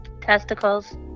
Testicles